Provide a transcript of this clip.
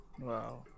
Wow